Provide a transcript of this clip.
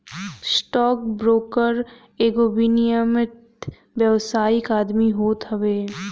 stock broker एगो विनियमित व्यावसायिक आदमी होत हवे